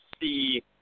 see